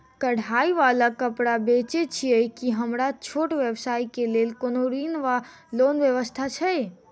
कढ़ाई वला कापड़ बेचै छीयै की हमरा छोट व्यवसाय केँ लेल कोनो ऋण वा लोन व्यवस्था छै?